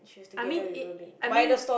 I mean it I mean